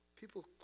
People